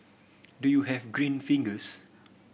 do you have green fingers